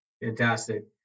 Fantastic